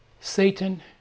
Satan